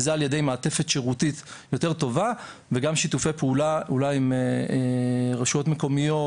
על ידי מעטפת שירותית יותר טובה וגם שיתופי פעולה עם רשויות מקומיות,